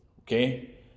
Okay